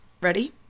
Ready